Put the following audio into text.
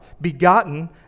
begotten